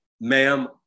ma'am